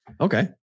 Okay